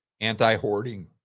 anti-hoarding